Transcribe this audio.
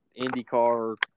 IndyCar